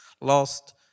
lost